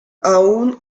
aún